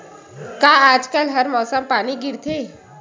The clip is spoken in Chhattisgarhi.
का आज कल हर मौसम पानी गिरथे?